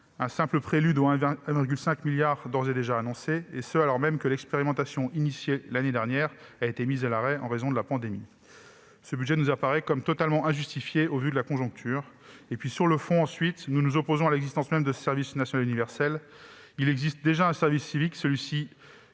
un simple prélude au milliard et demi d'ores et déjà annoncé -, et ce alors même que l'expérimentation initiée l'année dernière a été mise à l'arrêt en raison de la pandémie, nous apparaît totalement injustifié au regard de la conjoncture. Sur le fond, nous nous opposons à l'existence même du service national universel. Il existe déjà un service civique qui